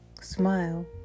Smile